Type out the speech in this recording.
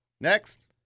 Next